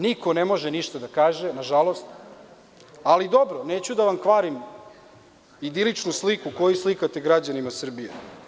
Niko ne može ništa da kaže, nažalost, ali dobro, neću da vam kvarim idiličnu sliku koju slikate građanima Srbije.